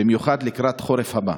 במיוחד לקראת החורף הבא.